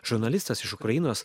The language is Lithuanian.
žurnalistas iš ukrainos